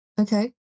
Okay